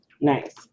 nice